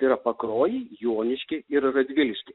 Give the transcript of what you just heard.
tai yra pakruojį joniškį ir radviliškį